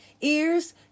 ears